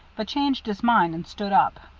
but changed his mind and stood up.